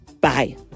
Bye